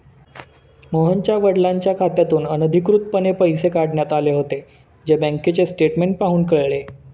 मोहनच्या वडिलांच्या खात्यातून अनधिकृतपणे पैसे काढण्यात आले होते, जे बँकेचे स्टेटमेंट पाहून कळले